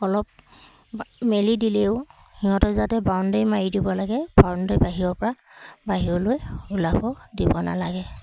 অলপ বা মেলি দিলেও সিহঁতে যাতে বাউণ্ডেৰী মাৰি দিব লাগে বাউণ্ডেৰী বাহিৰৰ পৰা বাহিৰলৈ ওলাব দিব নালাগে